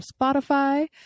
spotify